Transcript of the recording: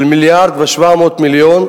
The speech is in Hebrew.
של 1.7 מיליארד,